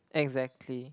exactly